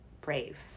brave